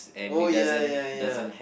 oh ya ya ya